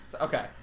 Okay